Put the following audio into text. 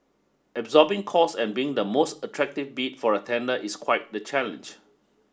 absorbing costs and being the most attractive bid for a tender is quite the challenge